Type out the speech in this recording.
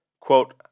Quote